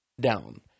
down